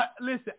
listen